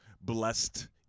blessed